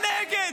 אתם נגד.